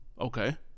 Okay